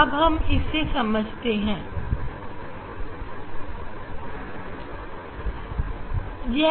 यह अब हमें समझ आ गया है